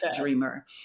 dreamer